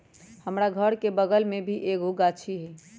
हमरा घर के बगल मे भी एगो गाछी हई